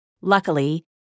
Luckily